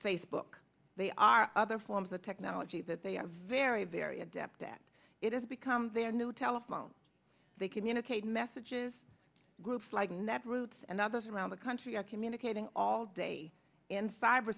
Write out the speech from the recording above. facebook they are other forms of technology that they are very very adept at it has become their new telephones they communicate messages groups like netroots and others around the country are communicating all day in cyber